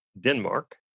Denmark